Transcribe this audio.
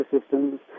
systems